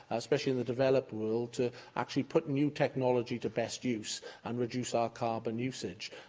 especially in the developed world, to actually put new technology to best use and reduce our carbon usage,